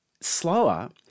slower